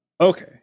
okay